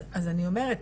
אז אני אומרת,